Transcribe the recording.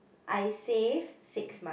I save six month